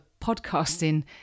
podcasting